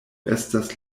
estas